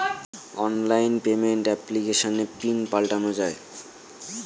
online payment এপ্লিকেশনে PIN পাল্টানো যায়